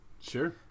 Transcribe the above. sure